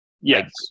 Yes